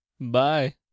bye